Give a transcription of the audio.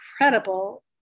incredible